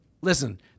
listen